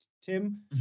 Tim